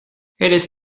eres